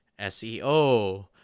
SEO